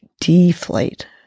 deflate